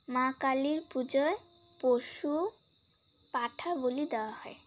মা কালীর পুজোয় পশু পাঁঠা বলি দেওয়া হয়